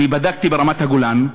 אני בדקתי: ברמת-הגולן,